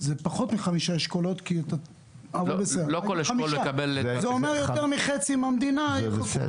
זה עדיין אומר שיותר מחצי מהמדינה לא יקבלו.